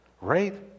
right